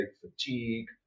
fatigue